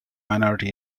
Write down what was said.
minority